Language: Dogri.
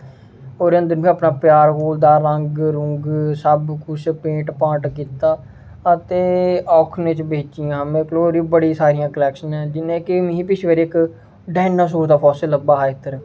ओह्दे अंदर में अपना प्यार घोलदा रंग रूंग सब कुछ पेंट पांट कीता ते आखरै च बेचियां मतलब कि ओह्दी बड़ी सारियां कलेक्शनां जि'यां कि पिछली बारी इक डायनासोर दा फोसिल लब्भा हा इक